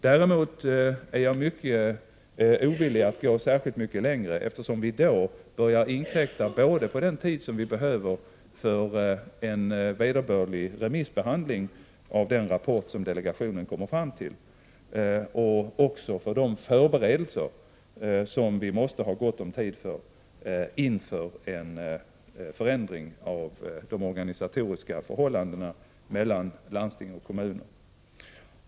Däremot är jag mycket ovillig att gå särskilt mycket längre, eftersom vi då börjar inkräkta både på den tid som vi behöver för en vederbörlig remissbehandling av den rapport som delegationen kommer fram till och för förberedelserna inför en förändring av de organisatoriska förhållandena mellan landsting och kommuner — något som vi behöver gott om tid för att klara.